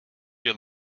your